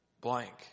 blank